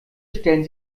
stellen